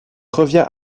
revient